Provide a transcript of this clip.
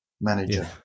manager